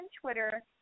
Twitter